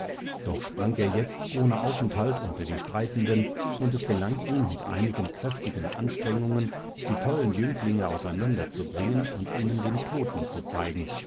doch sprang er jetzt ohne aufenthalt unter die streitenden und es gelang ihm mit einigen kräftigen anstrengungen die tollen jünglinge auseinander zu bringen und ihnen den toten zu zeigen